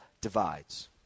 divides